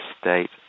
state